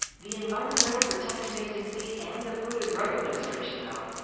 the environmental protection agency and the food and drug administration, though,